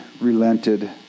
relented